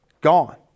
Gone